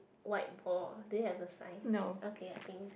white ball they have the sign okay I think